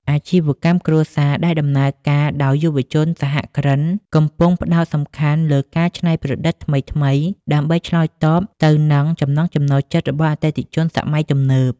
អាជីវកម្មគ្រួសារដែលដំណើរការដោយយុវជនសហគ្រិន កំពុងផ្ដោតខ្លាំងលើការច្នៃប្រឌិតថ្មីៗ ដើម្បីឆ្លើយតបទៅនឹងចំណង់ចំណូលចិត្តរបស់អតិថិជនសម័យទំនើប។